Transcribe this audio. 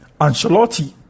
Ancelotti